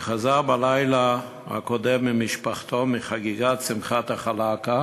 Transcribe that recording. שחזר בלילה הקודם עם משפחתו מחגיגת שמחת ה"חלאקה"